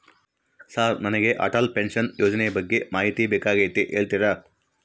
Sir ನನಗೆ Atal pension ಯೋಜನೆ ಬಗ್ಗೆ ಮಾಹಿತಿ ಬೇಕಾಗ್ಯದ ಹೇಳ್ತೇರಾ?